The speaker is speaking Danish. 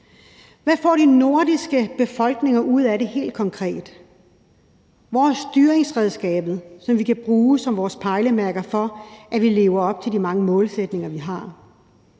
Hvad får de nordiske befolkninger ud af det helt konkret? Hvor er styringsredskabet, som vi kan bruge som vores pejlemærke for, at vi lever op til de mange målsætninger, vi har?